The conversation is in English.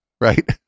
Right